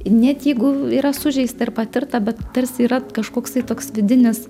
net jeigu yra sužeista ir patirta bet tarsi yra kažkoksai toks vidinis